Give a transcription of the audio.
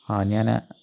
ആ ഞാൻ